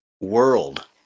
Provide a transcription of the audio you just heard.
world